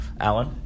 Alan